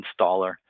installer